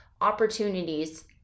opportunities